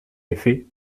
effet